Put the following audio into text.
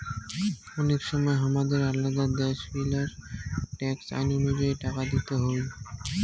অনেক সময় হামাদের আলাদা দ্যাশ গিলার ট্যাক্স আইন অনুযায়ী টাকা দিতে হউ